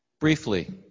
Briefly